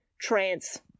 Trance